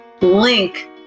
link